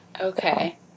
Okay